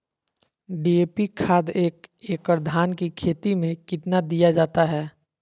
DAP खाद एक एकड़ धान की खेती में कितना दीया जाता है?